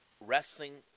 Wrestling